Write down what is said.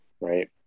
right